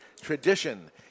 tradition